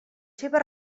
seves